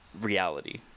reality